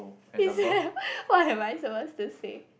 is there what am I supposed to say